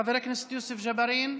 חבר הכנסת יוסף ג'בארין,